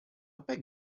beg